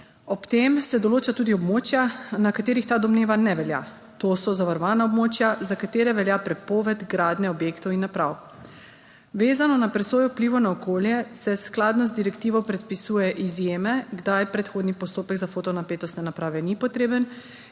Ob tem se določa tudi območja, na katerih ta domneva ne velja, to so zavarovana območja, za katera velja prepoved gradnje objektov in naprav. Vezano na presojo vplivov na okolje se skladno z direktivo predpisuje izjeme, kdaj predhodni postopek za fotonapetostne naprave ni potreben